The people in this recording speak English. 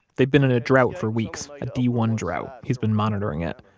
they've been in a drought for weeks, a d one drought. he's been monitoring it.